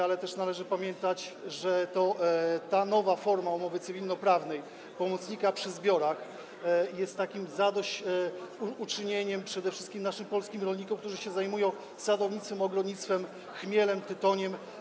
Ale też należy pamiętać, że ta nowa forma umowy cywilnoprawnej dla pomocnika przy zbiorach jest takim zadośćuczynieniem przede wszystkim polskim rolnikom, którzy zajmują się sadownictwem, ogrodnictwem, chmielem, tytoniem.